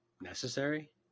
necessary